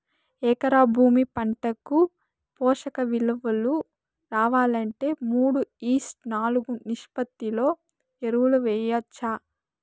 ఎకరా భూమి పంటకు పోషక విలువలు రావాలంటే మూడు ఈష్ట్ నాలుగు నిష్పత్తిలో ఎరువులు వేయచ్చా?